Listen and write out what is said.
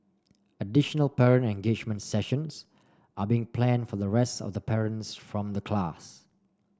additional parent engagement sessions are being planned for the rest of the parents from the class